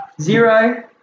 zero